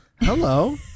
Hello